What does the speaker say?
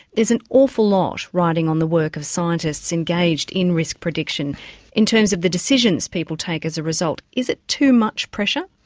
is an awful lot riding on the work of scientists engaged in risk prediction in terms of the decisions people take as a result. is it too much pressure?